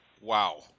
Wow